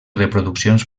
reproduccions